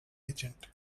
agent